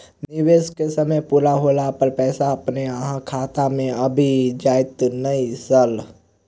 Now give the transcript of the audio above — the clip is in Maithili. निवेश केँ समय पूरा होला पर पैसा अपने अहाँ खाता मे आबि जाइत नै सर?